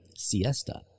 siesta